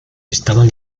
estaban